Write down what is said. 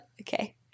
Okay